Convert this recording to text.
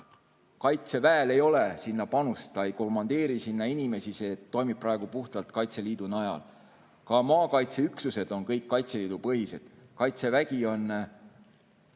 Kaitseväel panustada, ta ei komandeeri sinna inimesi, see toimib praegu puhtalt Kaitseliidu najal. Ka maakaitseüksused on kõik Kaitseliidu-põhised. Kaitseväel on